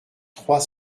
trois